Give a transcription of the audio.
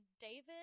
David